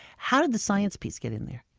how did the science piece get in there?